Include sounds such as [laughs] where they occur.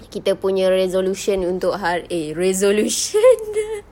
kita punya resolution untuk ha~ eh resolution [laughs]